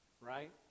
right